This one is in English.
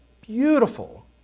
beautiful